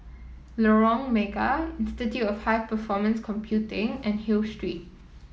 Lorong Mega Institute of High Performance Computing and Hill Street